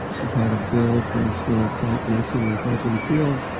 to try to build the still quite nascent and fledgling field,